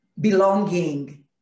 belonging